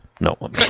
No